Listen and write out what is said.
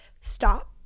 Stop